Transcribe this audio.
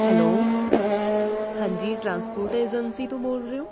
hello ਹਾਂਜੀ transport agency ਤੋਂ ਬੋਲ ਰਹੇ ਹੋ